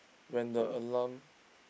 when the alarm